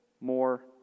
more